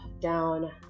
down